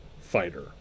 Fighter